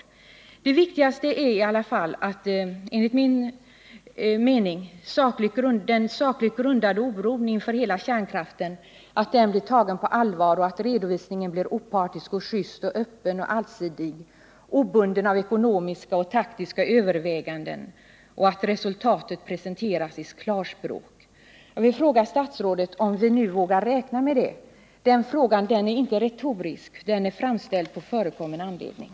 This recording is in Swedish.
Enligt min mening är i alla fall det viktigaste att den sakligt grundade oron inför hela kärnkraften blir tagen på allvar och att redovisningen blir opartisk, just, öppen och allsidig — obunden av ekonomiska och taktiska överväganden — och att resultatet presenteras i klarspråk. Jag vill fråga statsrådet, om vi nu vågar räkna med det? Den frågan är inte retorisk utan framställd på förekommen anledning.